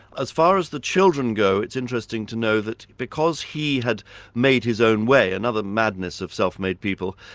as far as the children go, it's interesting to know that because he had made his own way, another madness of self-made people,